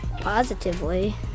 Positively